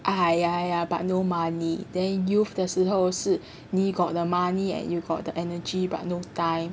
ah ya ya but no money then youth 的时候是 you got the money and you got the energy but no time